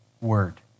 word